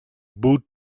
boot